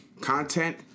content